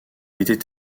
était